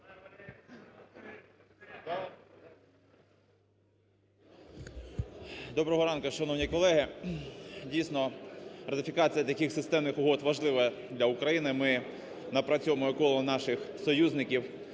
Доброго ранку, шановні колеги! Дійсно ратифікація таких системних угод важлива для України. Ми напрацьовуємо коло наших союзників,